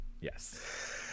yes